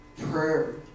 prayer